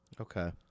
Okay